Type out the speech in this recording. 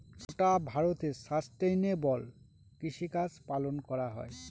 গোটা ভারতে সাস্টেইনেবল কৃষিকাজ পালন করা হয়